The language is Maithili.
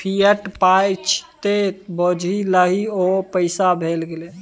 फिएट पाय छियै त बुझि लही ओ पैसे भए गेलै